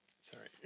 Sorry